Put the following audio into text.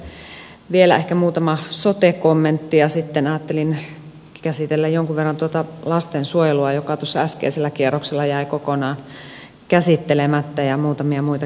tässä vielä ehkä muutama sote kommentti ja sitten ajattelin käsitellä jonkun verran lastensuojelua joka äskeisellä kierroksella jäi kokonaan käsittelemättä ja muutamia muita kysymyksiä